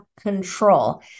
control